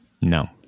No